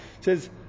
says